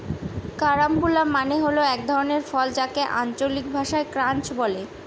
carambola মানে হল এক ধরনের ফল যাকে আঞ্চলিক ভাষায় ক্রাঞ্চ বলে